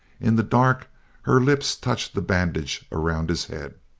in the dark her lips touched the bandage around his head.